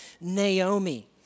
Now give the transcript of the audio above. Naomi